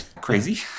crazy